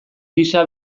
gisa